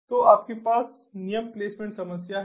तो आपके पास नियम प्लेसमेंट समस्या है